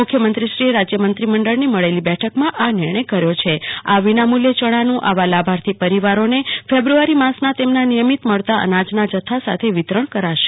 મુખ્યમંત્રીશ્રીએ રાજ્ય મંત્રીમંડળની મળેલી બેઠકમાં આ નિર્ણય કર્યો છે આ વિનામૂલ્યે ચણાનું આવા લાભાર્થી પરિવારોને ફેબ્રુઆરી માસના તેમના નિયમીત મળતા અનાજ સાથે વિતરણ કરાશે